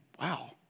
wow